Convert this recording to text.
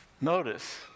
Notice